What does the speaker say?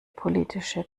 politische